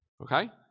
Okay